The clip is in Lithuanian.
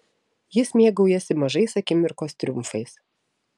jis mėgaujasi mažais akimirkos triumfais